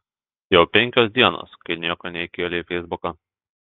jau penkios dienos kai nieko neįkėlei į feisbuką